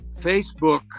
Facebook